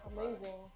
Amazing